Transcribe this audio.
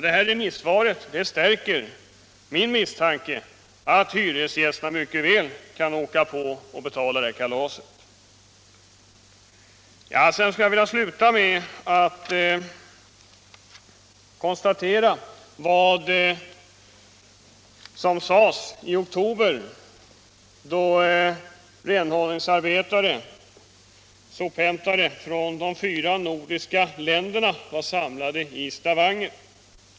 Detta remissvar stärker min misstanke att hyresgästerna mycket väl kan åka på att betala detta kalas. Jag vill avsluta med att konstatera vad som sades i oktober, då renhållningsarbetare och sophämtare från de fyra nordiska länderna var samlade i Stavanger.